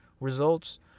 results